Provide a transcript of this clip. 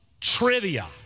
trivia